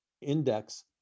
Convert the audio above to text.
index